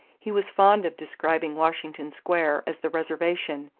he was fond of describing washington square as the reservation,